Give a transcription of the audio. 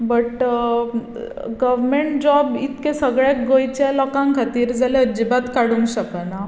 but government job इतके सगले गोंयच्या लोकां खातीर जाल्यार अजिबात काडूंक शकना